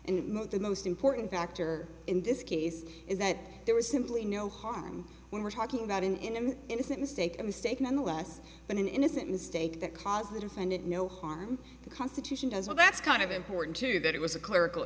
and most the most important factor in this case is that there was simply no harm when we're talking about an intimate innocent mistake a mistake nonetheless an innocent mistake that caused the defendant no harm the constitution does well that's kind of important too that it was a clerical